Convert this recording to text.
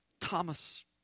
Thomas